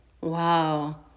Wow